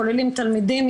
כוללים תלמידים,